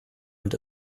und